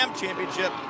Championship